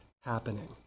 happening